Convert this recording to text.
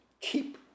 keep